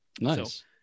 Nice